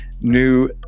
new